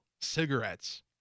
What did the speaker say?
cigarettes